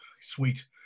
sweet